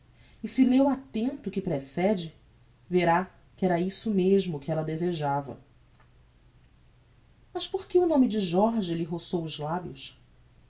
e se leu attento o que precede verá que era isso mesmo o que ella desejava mas porque o nome de jorge lhe roçou os lábios